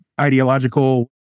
ideological